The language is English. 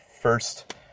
first